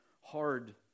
hard